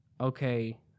okay